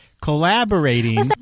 collaborating